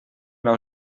nou